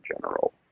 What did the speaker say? general